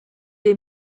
est